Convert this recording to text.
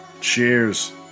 Cheers